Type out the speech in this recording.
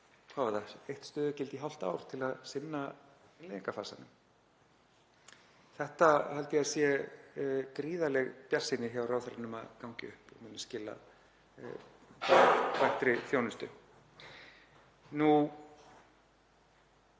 hvað var það, eitt stöðugildi í hálft ár til að sinna innleiðingarfasanum. Þetta held ég að sé gríðarleg bjartsýni hjá ráðherranum að gangi upp og muni skila bættri þjónustu.